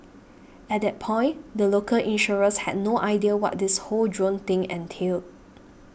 at that point the local insurers had no idea what this whole drone thing entailed